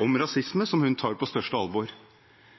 om rasisme, som hun tar på største alvor. Det har også vært spørsmål om de sier at det er en